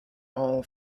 all